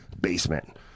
basement